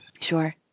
Sure